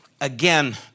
Again